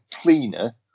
cleaner